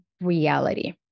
reality